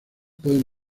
pueden